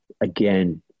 again